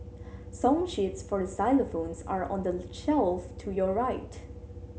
song sheets for xylophones are on the shelf to your right